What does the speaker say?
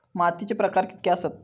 मातीचे प्रकार कितके आसत?